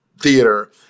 theater